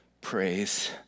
praise